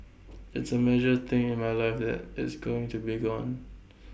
it's A major thing in my life that it's going to be gone